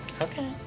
Okay